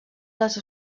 les